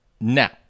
Now